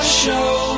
show